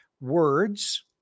words